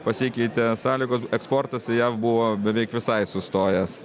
pasikeitė sąlygos eksportas į jav buvo beveik visai sustojęs